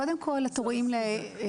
קודם כל התורים לא קצרים,